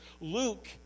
Luke